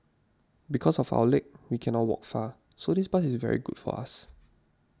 because of our leg we cannot walk far so this bus is very good for us